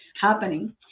happening